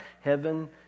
Heaven